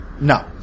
No